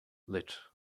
lit